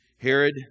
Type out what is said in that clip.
Herod